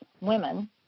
women